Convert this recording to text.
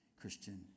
Christian